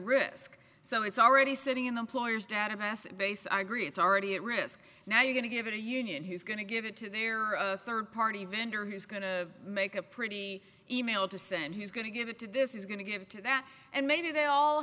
risk so it's already sitting in the employer's data massive base i agree it's already at risk now you going to give it a union he's going to give it to their third party vendor who's going to make a pretty email to say and he's going to give it to this is going to give to that and maybe they all